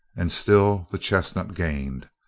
and still the chestnut gained.